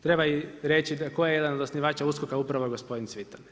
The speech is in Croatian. Treba reći tko je jedan od osnivača USKOK-a upravo gospodin Cvitan.